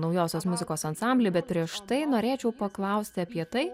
naujosios muzikos ansamblį bet prieš tai norėčiau paklausti apie tai